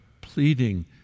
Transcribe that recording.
pleading